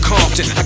Compton